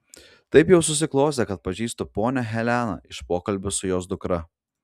taip jau susiklostė kad pažįstu ponią heleną iš pokalbių su jos dukra